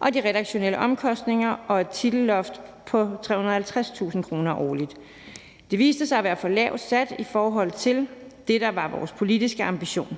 af de redaktionelle omkostninger og et titelloft på 350.000 kr. årligt. Det viste sig at være for lavt sat i forhold til det, der var vores politiske ambition,